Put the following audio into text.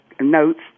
notes